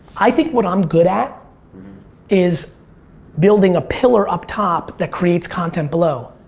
i think what i'm good at is building a pillar up top that creates content below.